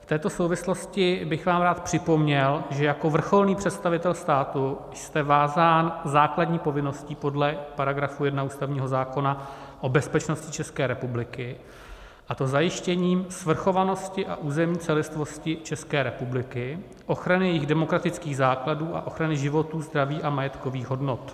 V této souvislosti bych vám rád připomněl, že jako vrcholný představitel státu jste vázán základní povinností podle § 1 ústavního zákona o bezpečnosti České republiky, a to k zajištění svrchovanosti a územní celistvosti České republiky, ochrany jejích demokratických základů a ochrany životů, zdraví a majetkových hodnot.